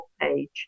page